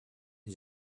his